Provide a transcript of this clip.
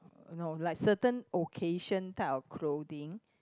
no like certain occasion type of clothing